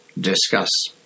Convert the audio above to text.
Discuss